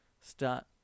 start